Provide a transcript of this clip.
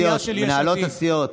סיעות, מנהלות הסיעות.